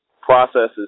processes